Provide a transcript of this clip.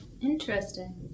Interesting